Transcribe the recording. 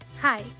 Hi